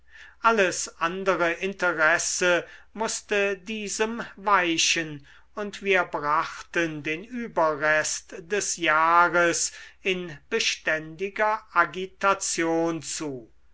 alles andere interesse mußte diesem weichen und wir brachten den überrest des jahres in beständiger agitation zu